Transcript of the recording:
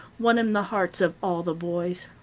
won him the hearts of all the boys.